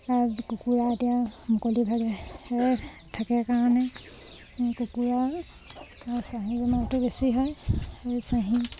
তাৰ কুকুৰা এতিয়া মুকলি ভাগে থাকে কাৰণে কুকুৰা চাহী বেমাৰটো বেছি হয় এই চাহী